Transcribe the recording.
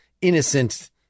innocent